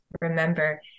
remember